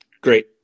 Great